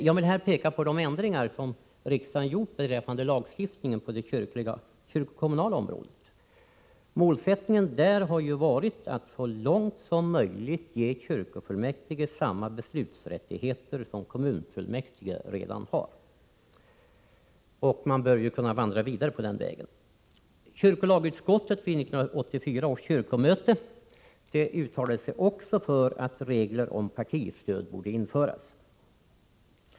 Jag vill här peka på de ändringar som riksdagen gjort beträffande lagstiftningen på det kyrkokommunala området. Målsättningen har ju varit att så långt som möjligt ge kyrkofullmäktige samma beslutsrättigheter som kommunfullmäktige redan har. Man bör kunna vandra vidare på den vägen. Även kyrkolagsutskottet vid 1984 års kyrkomöte uttalade sig för att regler om partistöd borde införas.